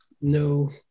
no